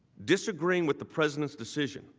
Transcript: disagreeing with the president's decision